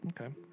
Okay